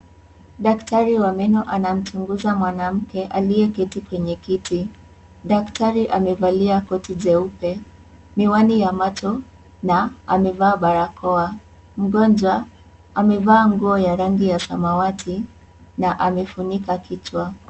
Daktari wa meno anamchunguza mwanamke aliyeketi kwenye kiti. Daktari amevalia koti jeupe , miwani ya macho na amevaa barakoa . Mgonjwa amevaa nguo ya rangi ya samawati na amefunika vichwa.